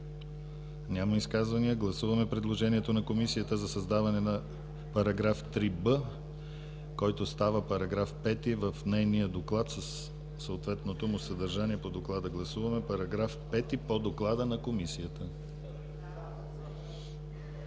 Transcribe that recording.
Няма. Гласуваме предложението на Комисията за създаване на § 3б, който става § 5 в нейния доклад, със съответното му съдържание по доклада. Гласуваме § 5 по доклада на Комисията.